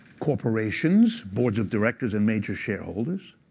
corporations, boards of directors and major shareholders,